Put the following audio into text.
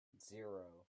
zero